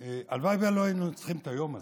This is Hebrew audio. הלוואי שלא היינו צריכים את היום הזה,